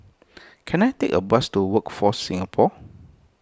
can I take a bus to Workforce Singapore